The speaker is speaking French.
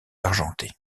argenté